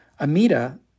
Amida